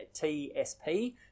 T-S-P